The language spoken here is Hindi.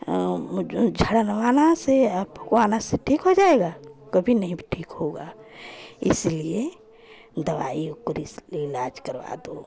मतलब झड़वाने से फुकवाना से ठीक हो जाएगा कभी नहीं ठीक होगा इसलिए दवाई उकरी इसके इलाज कर दो